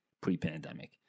pre-pandemic